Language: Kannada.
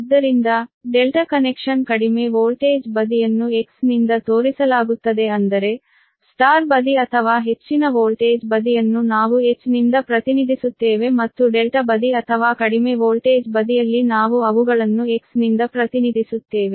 ಆದ್ದರಿಂದ ∆ ಕನೆಕ್ಷನ್ ಕಡಿಮೆ ವೋಲ್ಟೇಜ್ ಬದಿಯನ್ನು X ನಿಂದ ತೋರಿಸಲಾಗುತ್ತದೆ ಅಂದರೆ Y ಬದಿ ಅಥವಾ ಹೆಚ್ಚಿನ ವೋಲ್ಟೇಜ್ ಬದಿಯನ್ನು ನಾವು H ನಿಂದ ಪ್ರತಿನಿಧಿಸುತ್ತೇವೆ ಮತ್ತು ∆ ಬದಿ ಅಥವಾ ಕಡಿಮೆ ವೋಲ್ಟೇಜ್ ಬದಿಯಲ್ಲಿ ನಾವು ಅವುಗಳನ್ನು X ನಿಂದ ಪ್ರತಿನಿಧಿಸುತ್ತೇವೆ